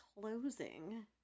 closing